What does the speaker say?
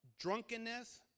drunkenness